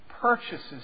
purchases